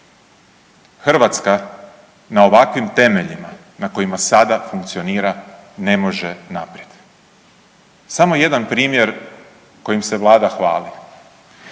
Hrvatska na ovakvim temeljima na kojima sada funkcionira ne može naprijed. Samo jedan primjer kojim se Vlada hvali.